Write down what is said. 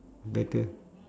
better